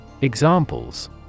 Examples